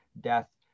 death